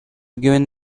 given